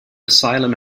asylum